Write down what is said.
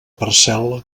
parcel·la